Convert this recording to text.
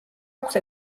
აქვს